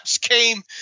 came